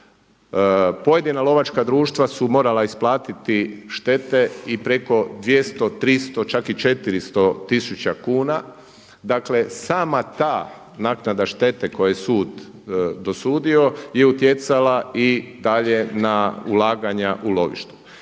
Pojedina lovačka društva su morala isplatiti štete i preko 200, 300, čak i 400 tisuća kuna. Dakle sama ta naknada štete koju je sud dosudio je utjecala i dalje na ulaganja u lovištu.